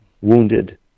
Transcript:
wounded